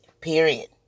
Period